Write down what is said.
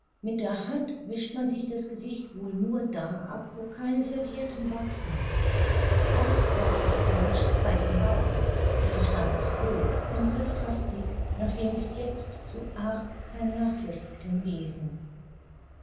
mit der hand wischt man sich das gesicht wohl nur da ab wo keine servietten wachsen das war auf deutsch bei den bauern ich verstand das wohl und griff hastig nach dem bis jetzt so arg vernachlässigten wesen